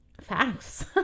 facts